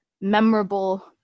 memorable